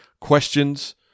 questions